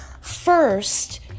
First